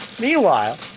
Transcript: Meanwhile